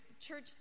church